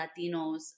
Latinos